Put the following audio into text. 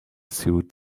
suit